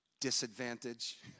disadvantage